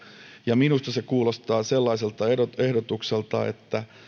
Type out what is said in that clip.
ja minusta se kuulostaa sellaiselta ehdotukselta että